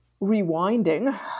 rewinding